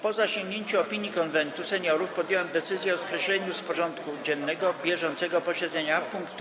Po zasięgnięciu opinii Konwentu Seniorów podjąłem decyzję o skreśleniu z porządku dziennego bieżącego posiedzenia punktu: